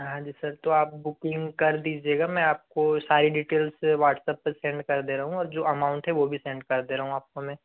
हाँ जी सर तो आप बुकिंग कर दीजिएगा मैं आपको सारी डिटेल्ज़ व्हाट्सअप पे सेंड कर दे रहा हूँ और जो अमाउंट है वो भी सेंड कर दे रहा हूँ आपको मैं